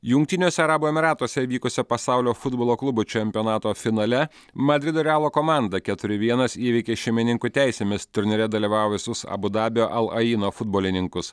jungtiniuose arabų emyratuose įvykusio pasaulio futbolo klubų čempionato finale madrido realo komanda keturi vienas įveikė šeimininkų teisėmis turnyre dalyvavusius abu dabio alaino futbolininkus